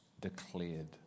declared